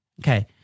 Okay